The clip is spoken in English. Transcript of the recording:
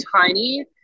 tiny